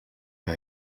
que